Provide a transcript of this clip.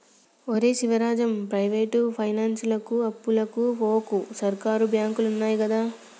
ఒరే శివరాజం, ప్రైవేటు పైనాన్సులకు అప్పుకు వోకు, సర్కారు బాంకులున్నయ్ గదా